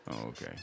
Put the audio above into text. Okay